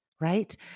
right